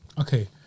Okay